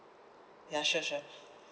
ya sure sure